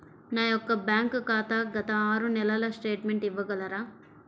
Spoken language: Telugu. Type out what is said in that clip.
నా యొక్క బ్యాంక్ ఖాతా గత ఆరు నెలల స్టేట్మెంట్ ఇవ్వగలరా?